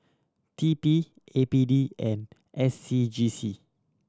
T P A P D and S C G C